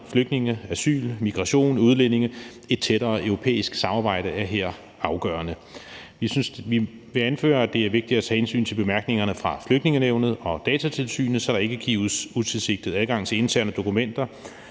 flygtninge, asyl, migration, udlændinge. Et tættere europæisk samarbejde er her afgørende. Vi anfører, at det er vigtigt at tage hensyn til bemærkningerne fra Flygtningenævnet og Datatilsynet, så der ikke gives utilsigtet adgang til interne dokumenter,